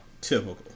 typical